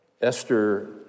Esther